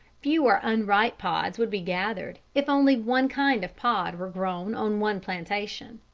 fewer unripe pods would be gathered if only one kind of pod were grown on one plantation.